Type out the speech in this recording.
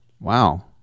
Wow